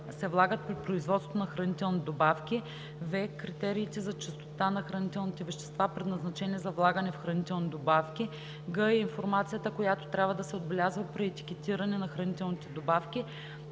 в) критериите за чистота на хранителните вещества, предназначени за влагане в хранителни добавки; г) информацията, която трябва да се отбелязва при етикетиране на хранителни добавки;